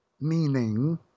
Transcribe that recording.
meaning